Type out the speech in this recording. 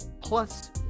plus